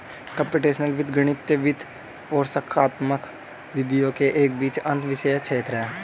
computational वित्त गणितीय वित्त और संख्यात्मक विधियों के बीच एक अंतःविषय क्षेत्र है